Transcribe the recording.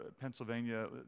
Pennsylvania